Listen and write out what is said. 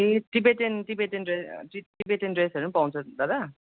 ए Tibetan Tibetan ड्रे Tibetan ड्रेसेसहरू पनि पाउँछ दादा